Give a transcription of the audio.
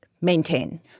maintain